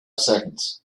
seconds